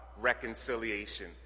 reconciliation